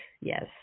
Yes